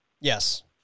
Yes